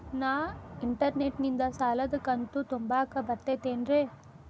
ನಾ ಇಂಟರ್ನೆಟ್ ನಿಂದ ಸಾಲದ ಕಂತು ತುಂಬಾಕ್ ಬರತೈತೇನ್ರೇ?